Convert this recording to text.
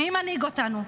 מי מנהיג אותנו?